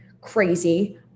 crazy